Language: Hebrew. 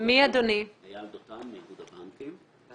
אייל דותן מאיגוד הבנקים.